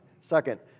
Second